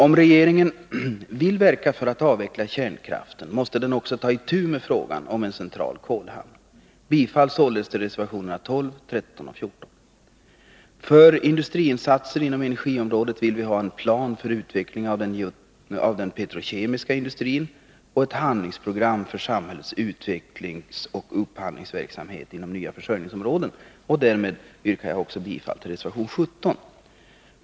Om regeringen vill verka för att avveckla kärnkraften, måste den också ta itu med frågan om en central kolhamn. Jag yrkar således bifall till reservationerna 12, 13, 14 och 15. När det gäller industriinsatser inom energiområdet vill vi ha en plan för utveckling av den petrokemiska industrin och ett handlingsprogram för samhällets utvecklingsoch upphandlingsverksamhet inom nya försörjningsområden. Därmed yrkar jag också bifall till reservationen 17.